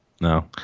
no